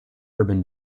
urban